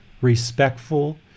respectful